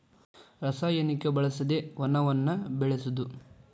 ರಸಾಯನಿಕ ಬಳಸದೆ ವನವನ್ನ ಬೆಳಸುದು